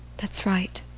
that's right.